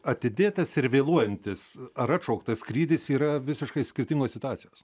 atidėtas ir vėluojantis ar atšauktas skrydis yra visiškai skirtingos situacijos